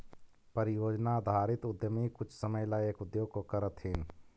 परियोजना आधारित उद्यमी कुछ समय ला एक उद्योग को करथीन